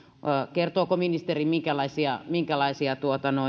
kertooko ministeri minkälaisia minkälaisia